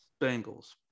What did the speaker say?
Bengals